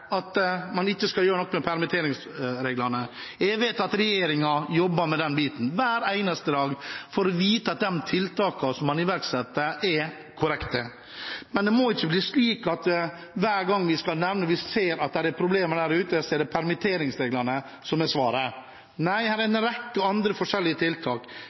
at man ikke skal gjøre noe med permitteringsreglene. Jeg vet at regjeringen jobber med den biten hver eneste dag for å vite at de tiltakene man iverksetter, er korrekte. Men det må ikke bli slik at hver gang vi ser at det er problemer der ute, er det permitteringsreglene som er svaret. Nei, her er en rekke andre forskjellige tiltak.